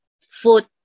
food